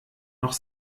noch